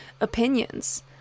opinions